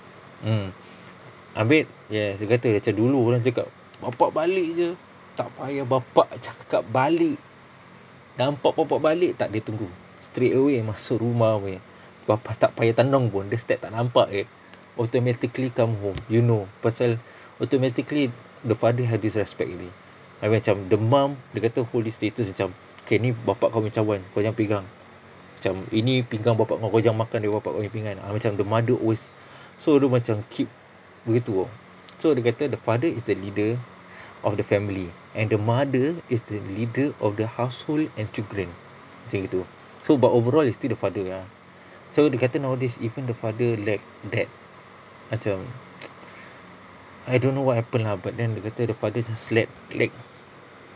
mm abeh yes dia kata macam dulu orang cakap bapa balik jer tak payah bapa cakap balik nampak bapa balik takde tunggu straightaway masuk rumah punya bapa tak payah tenung pun dia step tak nampak jer automatically come home you know pasal automatically the father have this respect already abeh macam the mum dia kata hold this status macam okay ni bapa kau punya cawan kau jangan pegang macam ini pinggan bapa kau punya kau jangan makan dari bapa kau punya pinggan macam the mother als~ so dia macam keep dia gitu [tau] so dia kata the father is the leader of the family and the mother is the leader of the household and children macam gitu so but overall it's still the father ah so dia kata nowadays even the father lack that macam I don't know what happened lah but then dia kata the fathers just lack lack